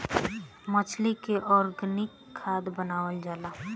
मछली से ऑर्गनिक खाद्य बनावल जाला